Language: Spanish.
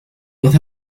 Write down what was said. voz